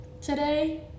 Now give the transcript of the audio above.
today